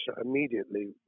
immediately